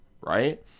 Right